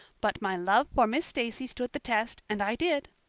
but my love for miss stacy stood the test and i did.